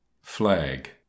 FLAG